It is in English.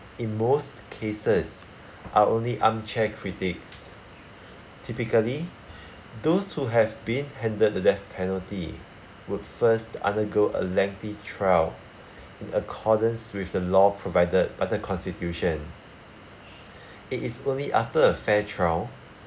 in most cases are only armchair critics typically those who have been handed the death penalty would first undergo a lengthy trial in accordance with the law provided by the constitution it is only after a fair trial